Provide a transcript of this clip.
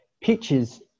pictures